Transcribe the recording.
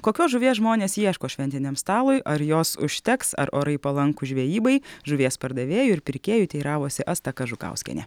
kokios žuvies žmonės ieško šventiniam stalui ar jos užteks ar orai palankūs žvejybai žuvies pardavėjų ir pirkėjų teiravosi asta kažukauskienė